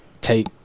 take